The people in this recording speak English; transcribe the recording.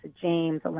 James